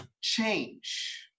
change